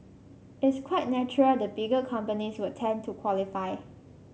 it's quite natural the bigger companies would tend to qualify